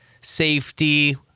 safety